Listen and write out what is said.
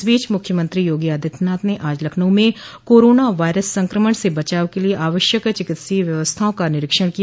इस बीच मुख्यमंत्री योगी आदित्यनाथ ने आज लखनऊ में कोरोना वायरस संक्रमण से बचाव के लिये आवश्यक चिकित्सीय व्यवस्थाओं का निरीक्षण किया